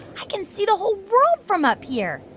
i can see the whole world from up here.